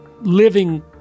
living